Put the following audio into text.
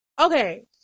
Okay